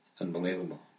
Unbelievable